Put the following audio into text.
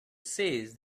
says